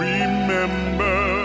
Remember